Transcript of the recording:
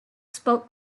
spoke